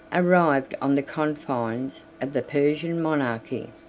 arrived on the confines of the persian monarchy.